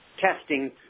testing